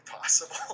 possible